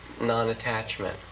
non-attachment